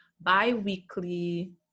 bi-weekly